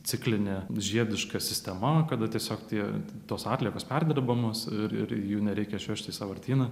ciklinė žiediška sistema kada tiesiog tie tos atliekos perdirbamos ir ir jų nereikia išvežti į sąvartyną